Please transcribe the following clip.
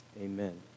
Amen